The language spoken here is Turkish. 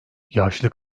yaşlı